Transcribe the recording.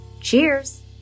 Cheers